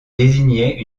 désignait